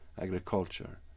agriculture